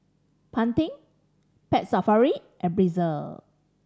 Pantene Pet Safari and Breezer